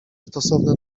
stosowne